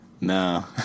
No